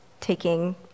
taking